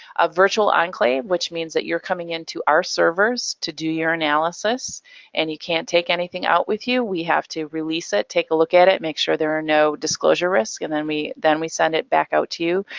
a virtual enclave, which means that you're coming in to our servers to do your analysis and you can't take anything out with you. we have to release it, take a look at it, make sure there are no disclosure risk, and then we then we send it back out to you.